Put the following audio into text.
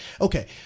Okay